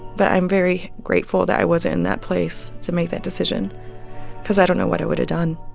but i'm very grateful that i wasn't in that place to make that decision cause i don't know what i would've done.